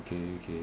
okay okay